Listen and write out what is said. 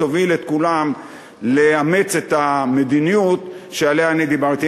תוביל את כולם לאמץ את המדיניות שעליה דיברתי.